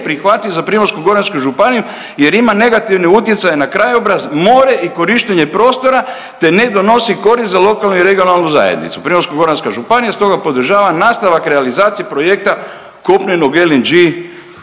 prihvatljiv za Primorsko-goransku županiju jer ima negativni utjecaj na krajobraz, more i korištenje prostora, te ne donosi korist za lokalnu i regionalnu zajednicu. Primorsko-goranska županija stoga podržava nastavak realizacije projekta kopnenog LNG